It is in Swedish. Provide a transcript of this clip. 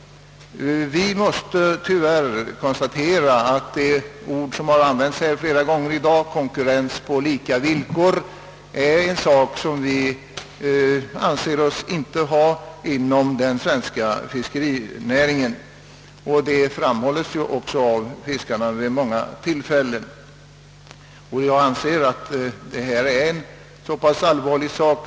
Vi måste tyvärr konstatera att det uttryck som har använts här flera gånger i dag, »konkurrens på lika villkor», är något som man inte anser sig ha inom den svenska fiskerinäringen. Detta framhålles också av fiskarna. Jag anser att detta är en så allvarlig sak.